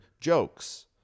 jokes